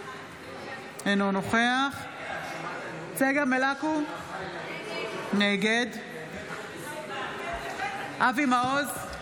אינו נוכח צגה מלקו, נגד אבי מעוז,